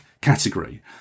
category